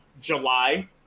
July